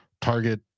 target